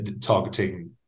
targeting